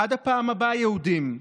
עד הפעם הבאה, יהודים.